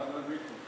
אהלן ביכום.